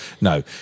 no